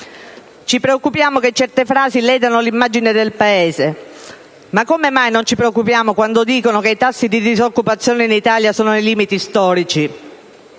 Ci preoccupiamo che certe frasi ledano l'immagine del Paese. Ma come mai non ci preoccupiamo quando dicono che i tassi di disoccupazione in Italia sono ai massimi storici?